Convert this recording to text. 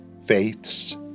faiths